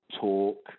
Talk